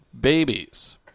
babies